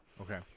Okay